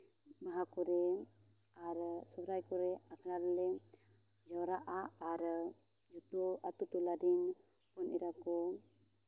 ᱵᱟᱦᱟ ᱠᱚᱨᱮᱜ ᱟᱨ ᱥᱚᱦᱨᱟᱭ ᱠᱚᱨᱮᱜ ᱟᱠᱷᱲᱟ ᱨᱮᱞᱮ ᱡᱟᱣᱨᱟᱜᱼᱟ ᱟᱨ ᱡᱚᱛᱚ ᱟᱛᱳ ᱴᱚᱞᱟ ᱨᱮᱱ ᱦᱚᱯᱚᱱ ᱮᱨᱟ ᱠᱚ